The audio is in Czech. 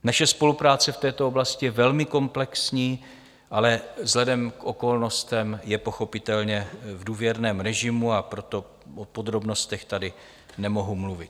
Naše spolupráce v této oblasti je velmi komplexní, ale vzhledem k okolnostem je pochopitelně v důvěrném režimu, a proto o podrobnostech tady nemohu mluvit.